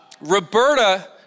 Roberta